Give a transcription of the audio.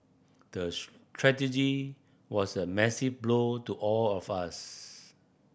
the tragedy was a massive blow to all of us